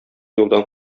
юлдан